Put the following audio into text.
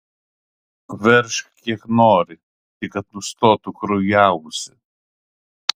veržk kiek nori tik kad nustotų kraujavusi